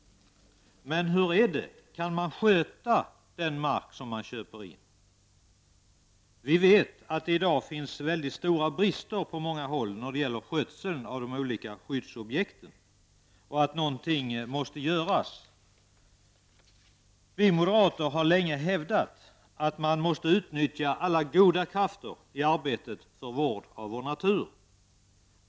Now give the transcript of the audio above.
Men hur är det — kan man sköta den mark som man köper in? Vi vet att det i dag på många håll finns brister när det gäller skötseln av de olika skyddsobjekten och att någonting måste göras. Vi moderater har länge hävdat att man måste utnyttja alla goda krafter i arbetet för vård av vår natur.